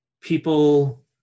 people